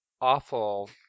awful